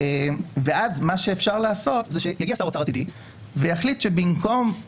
ואז מה שאפשר לעשות זה ששר אוצר עתידי יחליט שכדי